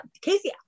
Casey